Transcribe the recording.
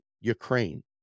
Ukraine